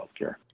healthcare